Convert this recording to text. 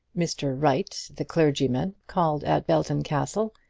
mr. wright, the clergyman, called at belton castle,